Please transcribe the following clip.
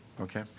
Okay